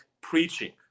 preaching